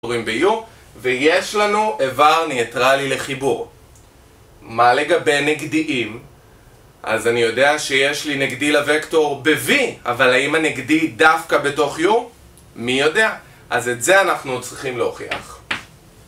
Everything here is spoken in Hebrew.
ויש לנו איבר ניטרלי לחיבור. מה לגבי נגדיים? אז אני יודע שיש לי נגדי לוקטור ב-v, אבל האם הנגדי דווקא בתוך u? מי יודע? אז את זה אנחנו צריכים להוכיח.